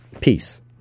peace